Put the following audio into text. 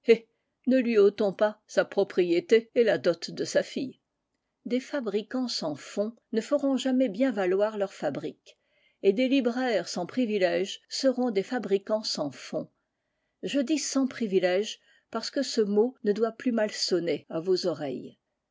ne lui ôtons pas sa propriété et la dot de sa fille des fabricants sans fonds ne feront jamais bien valoir leurs fabriques et des libraires sans privilèges seront des fabricants sans fonds je dis sans privilèges parce que ce mot ne doit plus mal sonner à vos oreilles